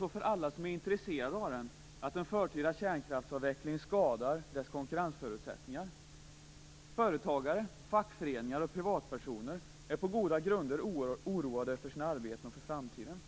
och för alla som är intresserade av den att den förtida kärnkraftsavvecklingen skadar den elintensiva industrins konkurrensförutsättningar. Företagare, fackföreningar och privatpersoner är på goda grunder oerhört oroade för sina arbeten och för framtiden.